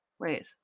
Wait